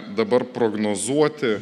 dabar prognozuoti